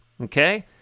okay